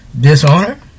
dishonor